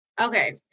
Okay